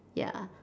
ya